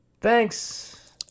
Thanks